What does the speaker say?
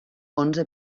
onze